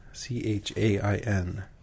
C-H-A-I-N